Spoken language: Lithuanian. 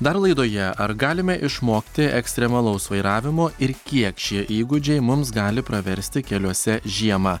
dar laidoje ar galime išmokti ekstremalaus vairavimo ir kiek šie įgūdžiai mums gali praversti keliuose žiemą